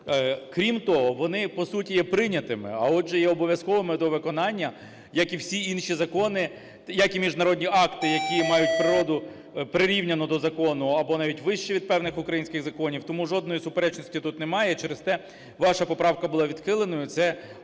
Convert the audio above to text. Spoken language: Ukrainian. Крім того, вони по суті є прийнятими, а отже і обов'язковими до виконання, як і всі інші закони, як і міжнародні акти, які мають природу, прирівняну до закону або навіть вище від певних українських законів, тому жодної суперечності тут немає і через те ваша поправка була відхиленою.